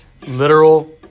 literal